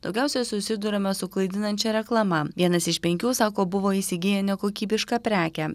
daugiausia susiduriama su klaidinančia reklama vienas iš penkių sako buvo įsigiję nekokybišką prekę